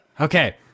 Okay